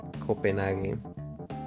Copenhagen